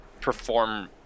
perform